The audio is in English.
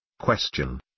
Question